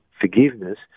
forgiveness